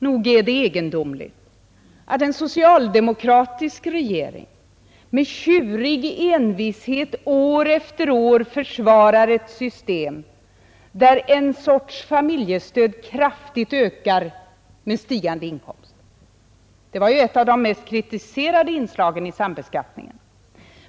Nog är det egendomligt att en socialdemokratisk regering med tjurig envishet år efter år försvarar ett system, där en sorts familjestöd kraftigt ökar med stigande inkomster. Det var ju ett av de mest kritiserade inslagen i sambeskattningen.